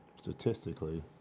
statistically